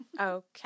Okay